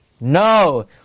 No